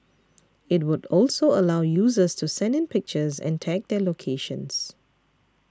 it would also allow users to send in pictures and tag their locations